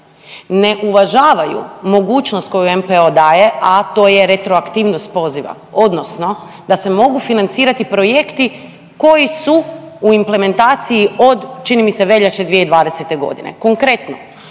ne uvažavaju mogućnost koju NPO daje, a to je retroaktivnost poziva odnosno da se mogu financirati projekti koji su u implementaciji čini mi se veljače 2020. godine.